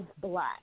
black